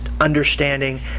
understanding